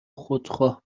خودخواه